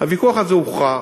הוויכוח הזה הוכרע.